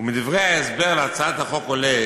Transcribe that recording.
ומדברי ההסבר להצעת החוק עולה